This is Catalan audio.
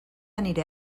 aniré